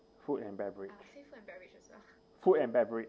food and beverage food and beverage